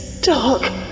dark